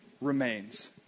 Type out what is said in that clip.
remains